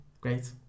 great